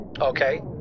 Okay